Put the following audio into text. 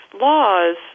laws